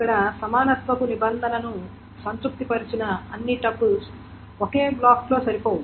ఇక్కడ సమానత్వపు నిబంధన ను సంతృప్తి పరిచిన అన్ని టపుల్స్ ఒకే బ్లాక్లో సరిపోవు